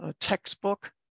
textbook